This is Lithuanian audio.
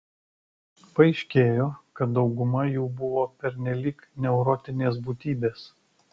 paaiškėjo kad dauguma jų buvo pernelyg neurotinės būtybės